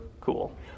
cool